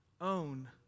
own